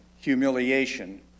humiliation